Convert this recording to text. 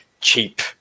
cheap